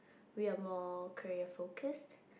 we are more career focused